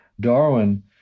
Darwin